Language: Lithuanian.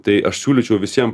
tai aš siūlyčiau visiem